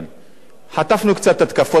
חטפנו קצת התקפות מהעמותות,